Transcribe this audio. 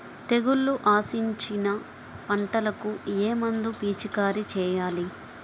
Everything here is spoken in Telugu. తెగుళ్లు ఆశించిన పంటలకు ఏ మందు పిచికారీ చేయాలి?